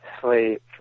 sleep